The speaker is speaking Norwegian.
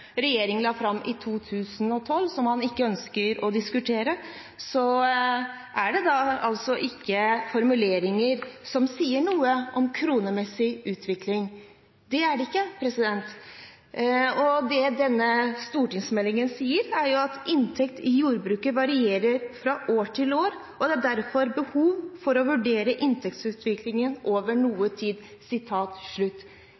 la fram i 2012, og som han ikke ønsker å diskutere, er det da altså ikke formuleringer som sier noe om kronemessig utvikling. Det er det ikke. Det denne stortingsmeldingen sier, er: «Inntektene i jordbruket varierer fra år til år og det er derfor behov for å vurdere inntektsutviklingen over noe tid.»